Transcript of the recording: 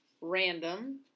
random